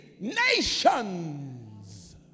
nations